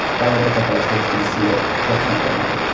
that would look at that tape and see it differently.